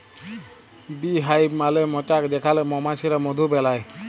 bee hive মালে মচাক যেখালে মমাছিরা মধু বেলায়